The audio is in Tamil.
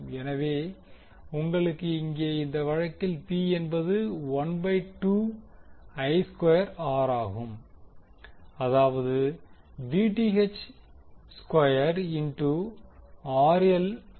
எனவே உங்களுக்கு இங்கே இந்த வழக்கில் P என்பது 1 பை 2 I ஸ்கொயர் R ஆகும் அதாவது ஸ்கொயர் இன்டூ RL பை 2